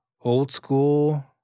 old-school